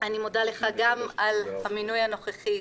אני מודה לך גם על המינוי הנוכחי,